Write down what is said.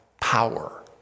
power